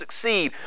succeed